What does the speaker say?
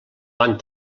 van